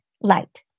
light